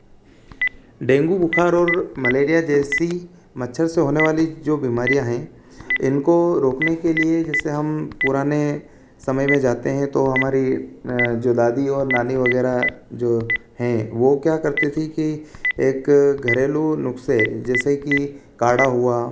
dengue बुखार और malaria जैसी मच्छर से होने वाली जो बीमारियाँ हैं इनको रोकने के लिए जैसे हम पुराने समय में जाते हैं तो हमारे जो दादी और नानी वगैरह जो हैं वे क्या करती थी कि एक घरेलू नुस्ख़े जैसे कि काढ़ा हुआ